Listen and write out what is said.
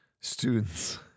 students